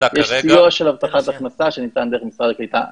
יש סיוע של הבטחת הכנסה שניתן דרך משרד הקליטה.